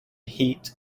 heat